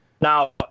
Now